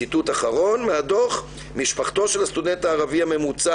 ציטוט אחרון מהדוח: משפחתו של הסטודנט הממוצע